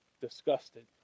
disgusted